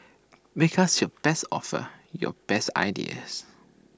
make us your best offers your best ideas